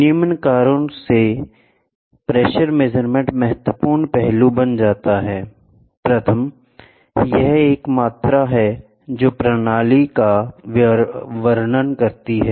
निम्न कारणों से प्रेशर मेजरमेंट महत्वपूर्ण पहलू बन जाता है 1 यह एक मात्रा है जो प्रणाली का वर्णन करती है